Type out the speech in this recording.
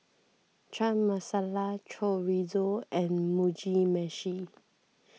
Chana Masala Chorizo and Mugi Meshi